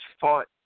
fought